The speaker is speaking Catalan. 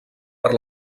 per